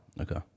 Okay